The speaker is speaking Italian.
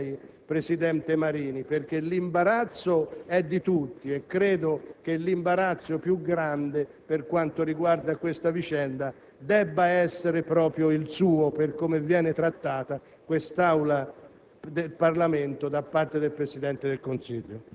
partiti politici, ma credo debba farlo anche lei, presidente Marini, perché l'imbarazzo è di tutti ma quello più grande, per quanto riguarda questa vicenda, deve essere proprio il suo per come viene trattata questa Aula